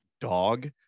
dog